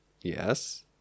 yes